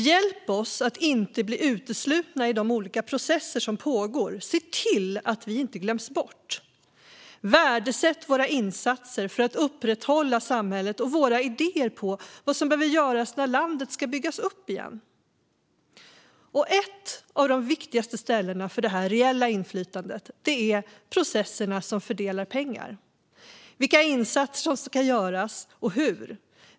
Hjälp oss att inte bli uteslutna i de olika processer som pågår! Se till att vi inte glöms bort! Värdesätt våra insatser för att upprätthålla samhället och våra idéer om vad som behöver göras när landet ska byggas upp igen! Ett av de viktigaste områdena för det reella inflytandet är processerna som fördelar pengar. Vilka insatser ska göras, och hur?